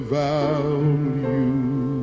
value